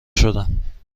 شدم